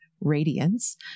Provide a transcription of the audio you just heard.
radiance